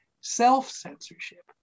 self-censorship